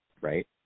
right